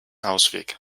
ausweg